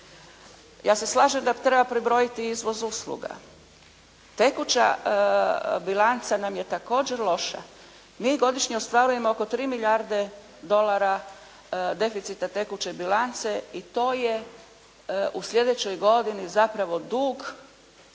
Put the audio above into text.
Ja se slažem da treba prebrojiti izvoz usluga. Tekuća bilanca nam je također loša. Mi godišnje ostvarujemo oko 3 milijarde dolara deficita tekuće bilance i to je u sljedećoj godini zapravo dug,